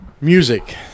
music